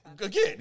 again